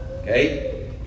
okay